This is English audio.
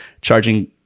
charging